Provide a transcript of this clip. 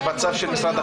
זה בצו של משרד החינוך.